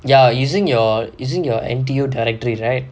you're using you're using your N_T_U directory right